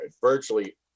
Virtually